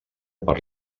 per